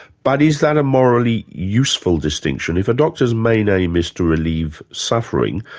but is that a morally useful distinction? if a doctor's main aim is to relieve suffering,